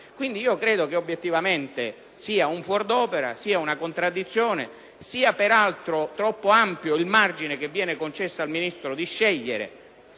dunque che sia obiettivamente un fuor d'opera, una contraddizione e che sia peraltro troppo ampio il margine che viene concesso al Ministro di scegliere,